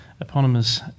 eponymous